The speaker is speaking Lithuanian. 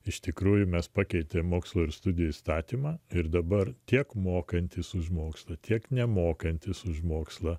iš tikrųjų mes pakeitėme mokslo ir studijų įstatymą ir dabar tiek mokantys už mokslą tiek nemokantis už mokslą